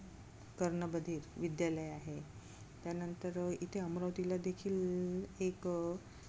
कर्णबधीर विद्यालय आहे त्यानंतर इथे अमरावतीला देखील एक